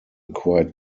quite